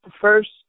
first